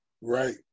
Right